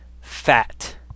fat